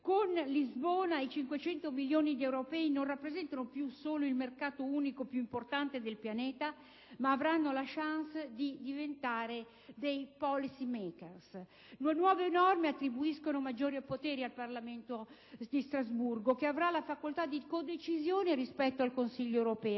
con Lisbona i 500 milioni di europei non rappresentano più solo il mercato unico più importante del pianeta, ma avranno la *chance* di diventare dei *policy makers.* Le nuove norme, infatti, attribuiscono maggiori poteri al Parlamento di Strasburgo, che avrà facoltà di codecisione rispetto al Consiglio europeo.